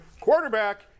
quarterback